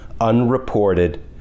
unreported